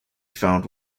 found